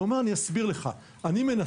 הוא אמר לי: אסביר לך, אני מנתח.